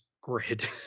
grid